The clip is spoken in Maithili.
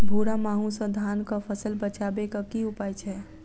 भूरा माहू सँ धान कऽ फसल बचाबै कऽ की उपाय छै?